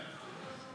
בבקשה.